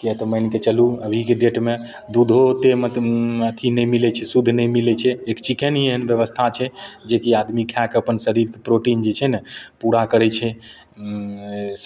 किएक तऽ मानि कऽ चलू अभीके डेटमे दूधो ओतेक मत् अथि नहि मिलै छै शुद्ध नहि मिलै छै एक चिकेन ही एहन व्यवस्था छै जे कि आदमी खाए कऽ अपन शरीरकेँ प्रोटीन जे छै ने पूरा करै छै